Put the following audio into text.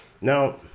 Now